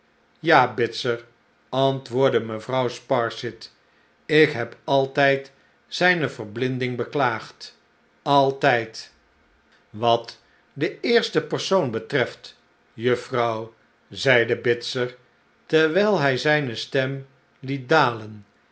ja bitzer antwoordde mevrouw sparsit ik heb altijd zijne verblinding beklaagd altijd wat den eersten persoon betreft juffrouw zeide bitzer terwijl hij zijne stem het dalen